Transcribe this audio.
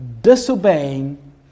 disobeying